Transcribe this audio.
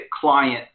client